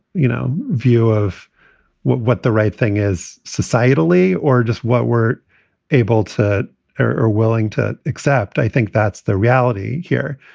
you know, view of what what the right thing is societally or just what we're able to or willing to accept, i think that's the reality here.